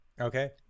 okay